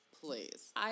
please